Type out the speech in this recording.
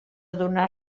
donar